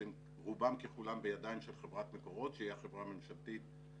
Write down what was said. שהם רובם ככולם בידיים של חברת מקורות שהיא החברה הממשלתית הגדולה,